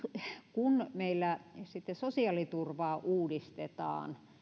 kun meillä sitten sosiaaliturvaa uudistetaan